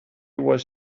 was